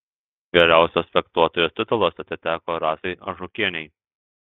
geriausios fechtuotojos titulas atiteko rasai ažukienei